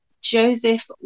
Joseph